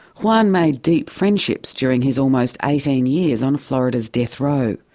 juan made deep friendships during his almost eighteen years on florida's death row.